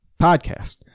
podcast